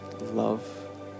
love